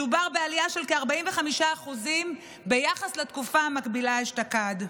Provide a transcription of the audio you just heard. מדובר בעלייה של כ-45% ביחס לתקופה המקבילה אשתקד.